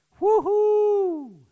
Woohoo